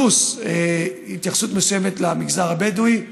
פלוס התייחסות מסוימת למגזר הבדואי,